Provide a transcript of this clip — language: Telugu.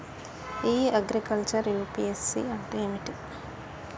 ఇ అగ్రికల్చర్ యూ.పి.ఎస్.సి అంటే ఏమిటి?